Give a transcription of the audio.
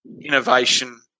innovation